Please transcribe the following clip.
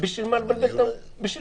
בשביל מה לבלבל את המוח?